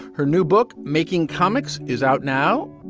her new book, making comics, is out now.